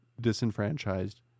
disenfranchised